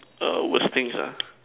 err worst things ah